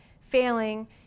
failing